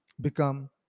become